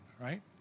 right